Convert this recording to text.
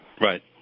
Right